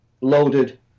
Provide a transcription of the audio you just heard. loaded